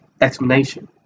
explanation